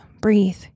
breathe